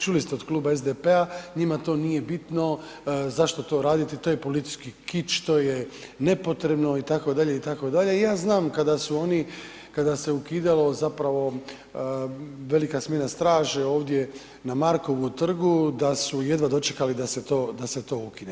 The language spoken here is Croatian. Čuli ste od Kluba SDP-a, njima to nije bitno, zašto to raditi, to je politički kič, to je nepotrebno, itd., itd. i ja znam kada su oni, kada se ukidalo zapravo velika smjena straže na Markovu trgu da su jedva dočekali da se to ukine.